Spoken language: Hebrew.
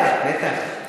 בטח, בטח.